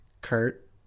Kurt